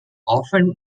often